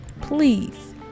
Please